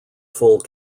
full